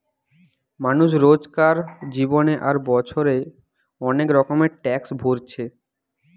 মানুষ রোজকার জীবনে আর বছরে অনেক রকমের ট্যাক্স ভোরছে